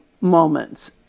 moments